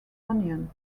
onion